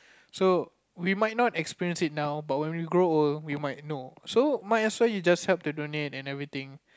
so we might not experience it now but when we grow old we might know so might as well you just help to donate and everything